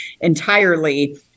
entirely